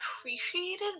appreciated